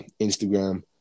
Instagram